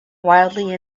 wildly